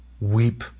Weep